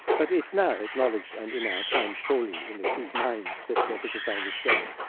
but it's now acknowledged and in our time surely in his mind that wittgenstein was gay.